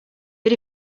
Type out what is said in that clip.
but